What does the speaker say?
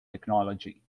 technology